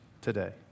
today